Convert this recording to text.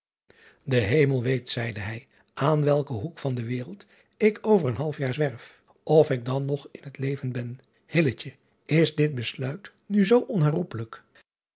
e emel weet zeide hij aan welken hoek van de wereld ik over een half jaar zwerf of ik dan nog in het leven ben is dit besluit nu zoo onherroepelijk